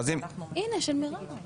אנחנו